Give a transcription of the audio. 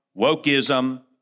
wokeism